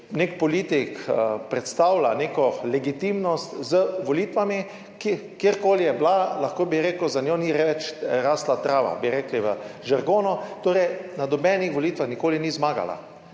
nek politik predstavlja neko legitimnost z volitvami, kjerkoli je bila, lahko bi rekel, za njo ni več rasla trava, bi rekli v žargonu, torej, na nobenih volitvah nikoli ni zmagala.